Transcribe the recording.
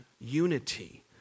unity